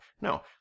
No